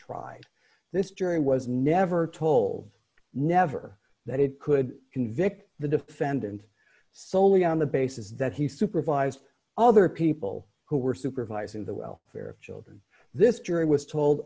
try this jury was never told never that it could convict the defendant soley on the basis that he supervised other people who were supervising the well fare of children this jury was told